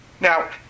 Now